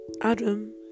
Adam